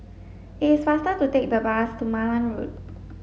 it is faster to take the bus to Malan Road